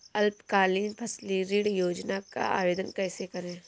अल्पकालीन फसली ऋण योजना का आवेदन कैसे करें?